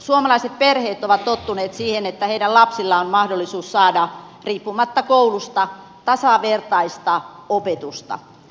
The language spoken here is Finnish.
suomalaiset perheet ovat tottuneet siihen että heidän lapsillaan on mahdollisuus saada riippumatta koulusta tasavertaista opetusta